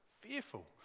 Fearful